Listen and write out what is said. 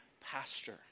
pastor